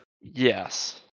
Yes